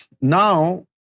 now